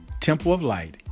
templeoflight